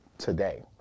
today